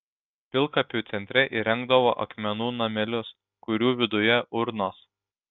pilkapių centre įrengdavo akmenų namelius kurių viduje urnos